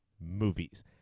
movies